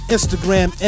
Instagram